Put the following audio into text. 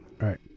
right